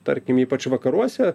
tarkim ypač vakaruose